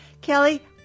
Kelly